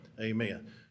Amen